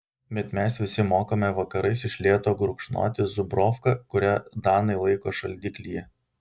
bet mes visi mokame vakarais iš lėto gurkšnoti zubrovką kurią danai laiko šaldiklyje